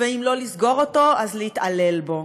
ואם לא לסגור אותו אז להתעלל בו.